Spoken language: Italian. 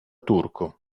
turco